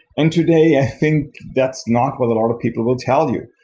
and today, i think that's not what a lot of people will tell you.